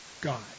God